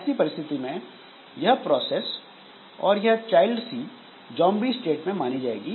ऐसी परिस्थिति में यह प्रोसेस और यह चाइल्ड C जोंबी स्टेट में मानी जाएगी